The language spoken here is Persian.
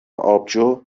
آبجو